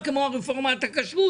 שרת הכלכלה,